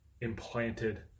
implanted